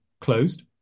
closed